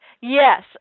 Yes